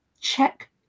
check